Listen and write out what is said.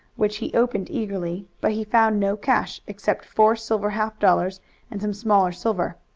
which he opened eagerly, but he found no cash except four silver half dollars and some smaller silver.